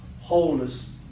wholeness